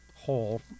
hole